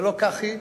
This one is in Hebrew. ולא כך היא.